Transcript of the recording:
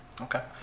Okay